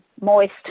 moist